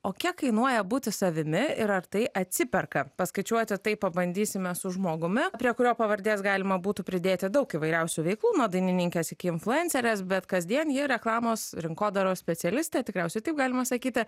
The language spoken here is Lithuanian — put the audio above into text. o kiek kainuoja būti savimi ir ar tai atsiperka paskaičiuoti tai pabandysime su žmogumi prie kurio pavardės galima būtų pridėti daug įvairiausių veiklų nuo dainininkės iki influencerės bet kasdien ji reklamos rinkodaros specialistė tikriausiai taip galima sakyti